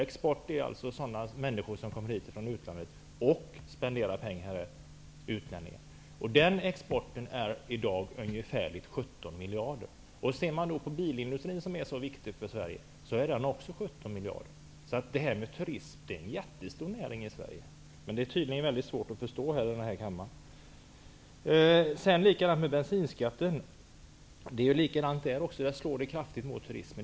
Export är alltså sådana människor som kommer hit från utlandet och spenderar pengar här. Den exporten är i dag ungefär 17 miljarder kronor. Ser man på bilindustrin, som är så viktig för Sverige, omfattar den också 17 miljarder. Turism är en jättestor näring i Sverige. Men det är tydligen mycket svårt att förstå i den här kammaren. Det är likadant med bensinskatten. Den slår kraftigt mot turismen.